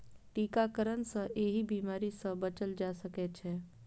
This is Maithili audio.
टीकाकरण सं एहि बीमारी सं बचल जा सकै छै